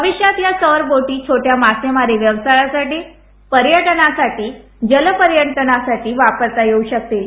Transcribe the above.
भविष्यात या सौर बोटीं छोट्या मासेमारी व्यवसायासाठी पर्यटनासाठी जलपर्यटनासाठी वापरता येवू शकतील